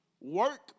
work